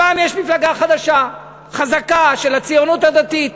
הפעם יש מפלגה חדשה, חזקה, של הציונית הדתית,